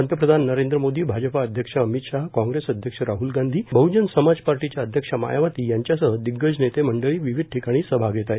पंतप्रधान नरेंद्र मोदी आजपा अध्यक्ष अमित शाह काँग्रेस अध्यक्ष राहल गांधी बहजन समाज पार्टीच्या अध्यक्षा मायावती यांच्यासह दिग्गज नेते मंडळी विविध ठिकाणी सभा घेत आहेत